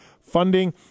Funding